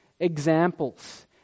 examples